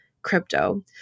crypto